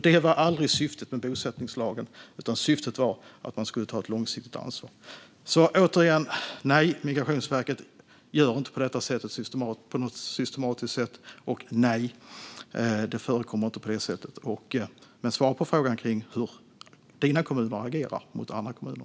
Det var aldrig syftet med bosättningslagen, utan syftet var att ta ett långsiktigt ansvar. Migrationsverket gör inte så på ett systematiskt sätt. Nej, det förekommer inte. Men svara på frågan, Niklas Wykman, om hur dina kommuner agerar mot andra kommuner.